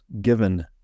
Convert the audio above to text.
given